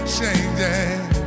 changing